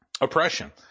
Oppression